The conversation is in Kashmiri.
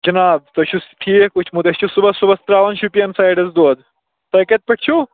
جِناب تُہۍ چھِو ٹھیٖک مدثر صُبحَس صُبحَس ترٛاوان شُپیَن سایڈَس دۄد تۄہہِ کَتہِ پٮ۪ٹھ چھِو